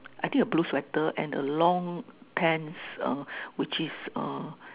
I think a blue sweater and a long pants um which is err